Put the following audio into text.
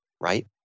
right